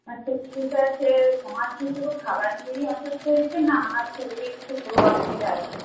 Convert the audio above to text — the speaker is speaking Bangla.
আচ্ছা ঠিক আছে তোমার কি শুধু খাবার খেয়েই অস্বস্তি হয়েছে না আর শরীরে কিছু অসুবিধা আছে